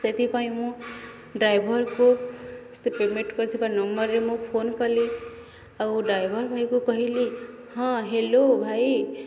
ସେଥିପାଇଁ ମୁଁ ଡ୍ରାଇଭର୍କୁ ସେ ପେମେଣ୍ଟ୍ କରିଥିବା ନମ୍ବର୍ରେ ମୁଁ ଫୋନ୍ କଲି ଆଉ ଡ୍ରାଇଭର୍ ଭାଇକୁ କହିଲି ହଁ ହ୍ୟାଲୋ ଭାଇ